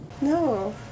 No